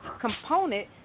component